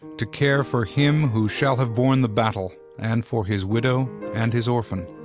to care for him who shall have borne the battle and for his widow and his orphan,